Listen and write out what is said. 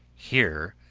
here,